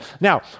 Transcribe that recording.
Now